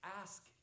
Ask